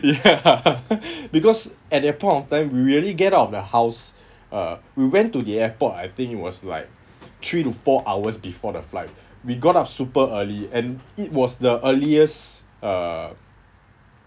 ya because at that point of time we really get out of the house uh we went to the airport I think it was like three to four hours before the flight we got up super early and it was the earliest uh